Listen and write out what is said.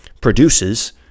produces